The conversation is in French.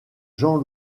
jean